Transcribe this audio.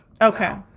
Okay